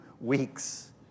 weeks